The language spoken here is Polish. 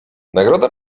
nagroda